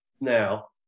now